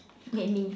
many